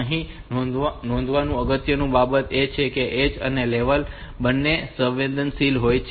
અહીં એ નોંધવું અગત્યની બાબત છે કે તે ઍજ અને લેવલ બંને સંવેદનશીલ હોય છે